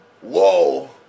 Whoa